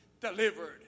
delivered